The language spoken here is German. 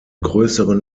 größeren